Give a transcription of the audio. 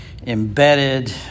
embedded